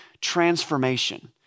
transformation